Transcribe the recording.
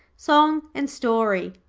song and story,